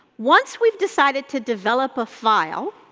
once we've decided to develop a file,